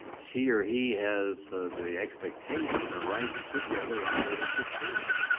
she or he has the the expectation, and the right to put the other own leadership team.